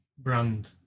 Brand